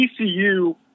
TCU